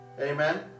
Amen